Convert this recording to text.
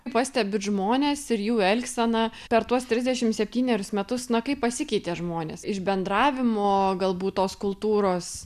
pastebit žmonės ir jų elgseną per tuos trisdešimt septynerius metus na kaip pasikeitė žmonės iš bendravimo galbūt tos kultūros